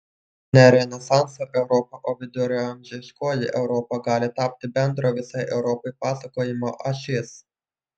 ne renesanso europa o viduramžiškoji europa gali tapti bendro visai europai pasakojimo ašis